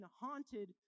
haunted